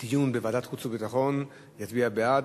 דיון בוועדת חוץ וביטחון יצביע בעד,